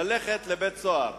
ללכת לבית-סוהר.